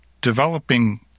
developing